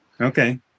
Okay